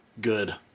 good